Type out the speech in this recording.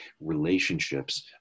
relationships